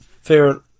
favorite